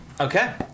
Okay